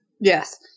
Yes